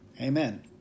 Amen